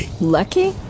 Lucky